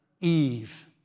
Eve